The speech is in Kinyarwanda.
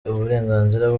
uburenganzira